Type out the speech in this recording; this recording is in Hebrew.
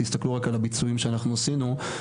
תסתכלו רק על הביצועים שאנחנו עשינו,